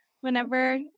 whenever